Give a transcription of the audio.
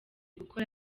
gukora